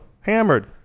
hammered